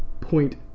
point